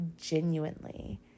genuinely